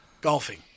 golfing